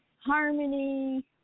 harmony